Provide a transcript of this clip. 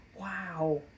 Wow